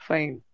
Fine